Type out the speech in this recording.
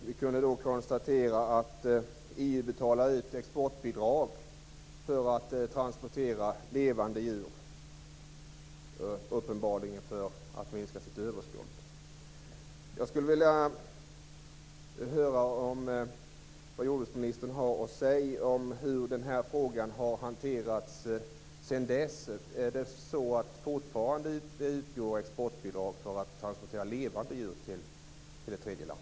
Vi kunde konstatera att EU betalar ut transportbidrag för transport av levande djur, uppenbarligen för att minska sitt överskott. Jag skulle vilja höra vad jordbruksministern har att säga om hur denna fråga har hanterats sedan dess. Utgår det fortfarande exportbidrag för att transportera levande djur till ett tredje land?